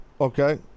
Okay